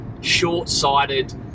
short-sighted